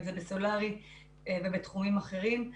בסולארי ובתחומים אחרים.